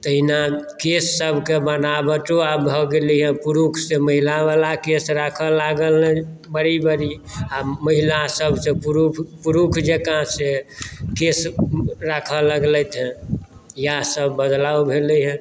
तहिना केशसभकेँ बनावटो आब भऽ गेलै हेँ पुरुष से महिलावला केश राखय लागल हेँ बड़ी बड़ी आ महिलासभ से पुरुष जँका से केश राखय लगलथि हेँ इएहसभ बदलाव भेलै हेँ